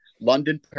London